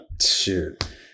Shoot